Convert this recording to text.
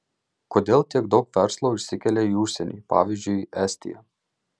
kodėl tiek daug verslo išsikelia į užsienį pavyzdžiui estiją